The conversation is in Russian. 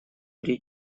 при